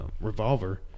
Revolver